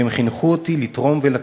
והם חינכו אותי לתרום ולתת.